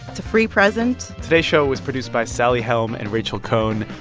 it's a free present today's show was produced by sally helm and rachel cohn.